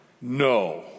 No